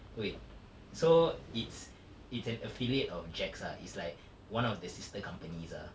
wait so it's it's an affiliate of jack's ah it's like one of the sister companies ah